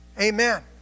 Amen